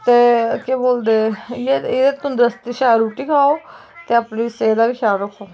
ते केह् बोलदे एह् तंदरुस्त शैल रुट्टी खाओ ते अपनी सेह्त दा बी ख्याल रक्खो